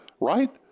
right